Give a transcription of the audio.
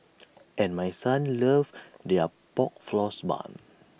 and my son loves their Pork Floss Bun